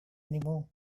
anymore